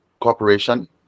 corporation